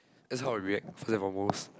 that's how I react first and foremost